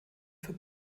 für